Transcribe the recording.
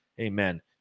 Amen